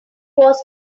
was